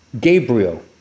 Gabriel